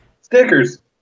Stickers